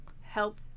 help